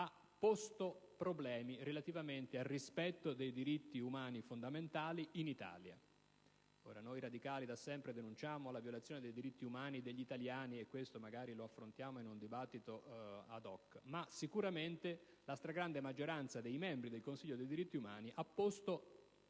hanno posto problemi relativi al rispetto dei diritti umani fondamentali in Italia. Noi radicali da sempre denunciamo la violazione dei diritti umani degli italiani (ma questo argomento magari lo affronteremo in un dibattito *ad hoc*); sicuramente però la stragrande maggioranza dei membri del Consiglio dei diritti umani ha posto